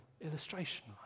illustration